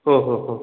हो हो हो